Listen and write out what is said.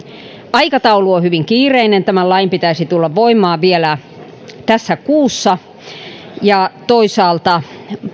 aikataulu on hyvin kiireinen tämän lain pitäisi tulla voimaan vielä tässä kuussa ja toisaalta